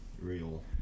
real